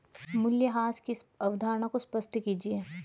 मूल्यह्रास की अवधारणा को स्पष्ट कीजिए